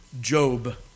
Job